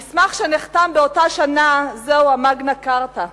המסמך שנחתם באותה שנה זהו המגנה כרטה,